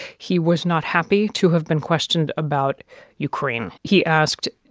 he was not happy to have been questioned about ukraine. he asked,